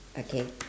okay